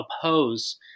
oppose